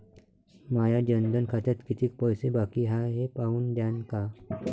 माया जनधन खात्यात कितीक पैसे बाकी हाय हे पाहून द्यान का?